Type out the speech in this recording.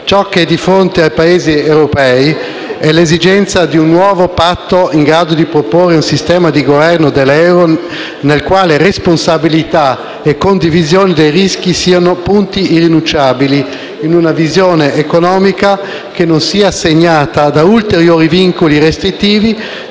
Ciò che è di fronte ai Paesi europei è l'esigenza di un nuovo patto europeo, in grado di proporre un sistema di governo dell'euro, nel quale responsabilità e condivisione dei rischi siano punti irrinunciabili, in una visione economica che non sia segnata da ulteriori vincoli restrittivi